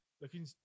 looking